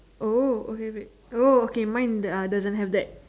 oh okay wait oh okay mine uh doesn't have that